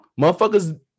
motherfuckers